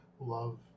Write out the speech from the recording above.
Love